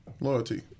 Loyalty